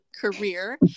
career